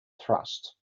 thrust